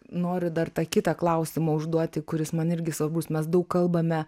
noriu dar tą kitą klausimą užduoti kuris man irgi svarbus mes daug kalbame